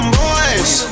boys